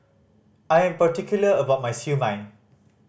I'm particular about my Siew Mai